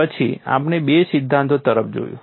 પછી આપણે બે સિદ્ધાંતો તરફ જોયું